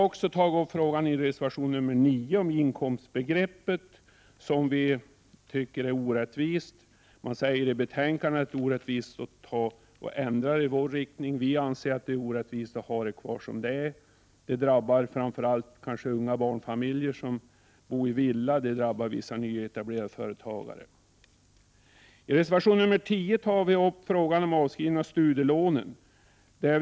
I reservation nr 9 har vi också tagit upp frågan om inkomstbeskattning. Vi tycker att det är orättvist. I utskottsbetänkandet sägs det att det är orättvist att genomföra den ändring som vi föreslår. Vi anser att det är orättvist att ha det kvar som det är. Det drabbar framför allt unga barnfamiljer som bor i villa och vissa nyetablerade företagare. Frågan om avskrivning av studielån tar vi upp i reservation nr 10.